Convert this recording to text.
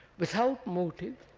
without motive,